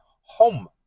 home